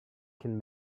can